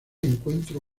encuentro